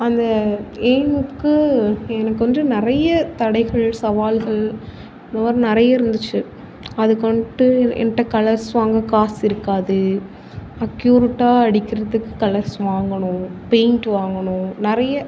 அந்த எய்ம்முக்கு எனக்கு வந்து நிறைய தடைகள் சவால்கள் இந்த மாதிரி நிறைய இருந்துச்சு அதுக்கு வந்துட்டு என்கிட்ட கலர்ஸ் வாங்க காசு இருக்காது அக்யூரெட்டாக அடிக்கிறதுக்கு கலர்ஸ் வாங்கணும் பெயிண்ட் வாங்கணும் நிறைய